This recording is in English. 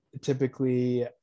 Typically